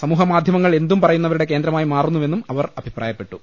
സമൂഹമാധ്യമങ്ങൾ എന്തും പറയുന്നവരുടെ കേന്ദ്രമായി മാറുന്നുവെന്നും അവർ അഭി പ്രായപ്പെട്ടു